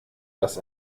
dass